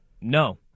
no